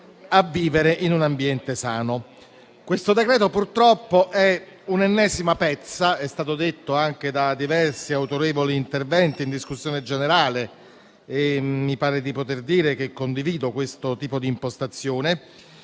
a vivere in un ambiente sano. Questo decreto-legge purtroppo è un'ennesima pezza, com'è stato detto anche in diversi autorevoli interventi in discussione generale, e posso dire di condividere questo tipo di impostazione.